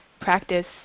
practice